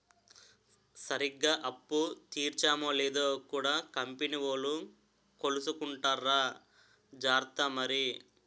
సరిగ్గా అప్పు తీర్చేమో లేదో కూడా కంపెనీ వోలు కొలుసుకుంటార్రా జార్త మరి